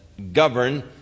Govern